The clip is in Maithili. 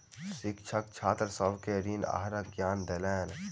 शिक्षक छात्र सभ के ऋण आहारक ज्ञान देलैन